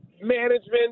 Management